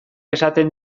esaten